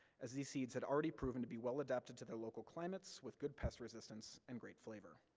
as these seeds had already proven to be well adapted to their local climates, with good pest resistance, and great flavor.